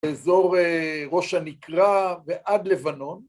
באזור ראש הנקרה ועד לבנון.